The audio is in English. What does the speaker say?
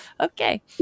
Okay